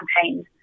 campaigns